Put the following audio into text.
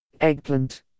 Eggplant